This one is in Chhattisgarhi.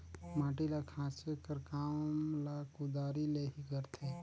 माटी ल खाचे कर काम ल कुदारी ले ही करथे